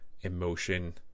emotion